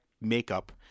makeup